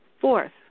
Fourth